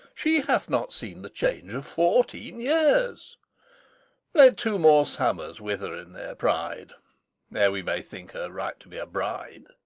she hath not seen the change of fourteen years let two more summers wither in their pride ere we may think her ripe to be a bride.